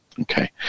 Okay